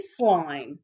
baseline